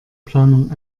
planung